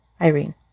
Irene